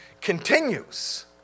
continues